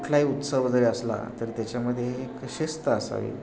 कुठलाही उत्सव जरी असला तर त्याच्यामध्ये एक शिस्त असावी